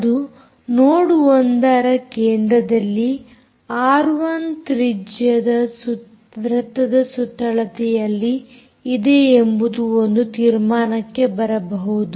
ಅದು ನೋಡ್ 1ರ ಕೇಂದ್ರದಲ್ಲಿ ಆರ್1 ತ್ರಿಜ್ಯದ ವೃತ್ತದ ಸುತ್ತಳತೆಯಲ್ಲಿ pathಇದೆ ಎಂಬ ಒಂದು ತೀರ್ಮಾನಕ್ಕೆ ಬರಬಹುದು